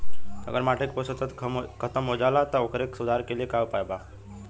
अगर माटी के पोषक तत्व खत्म हो जात बा त ओकरे सुधार के लिए का उपाय बा?